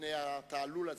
מפני התעלול הזה,